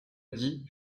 dit